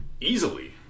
easily